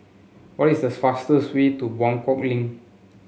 what is the fastest way to Buangkok Link